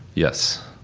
yes.